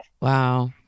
Wow